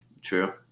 True